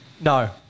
No